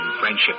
friendship